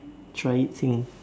try eating